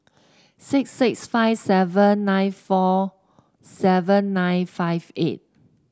six six five seven nine four seven nine five eight